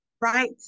right